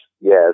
yes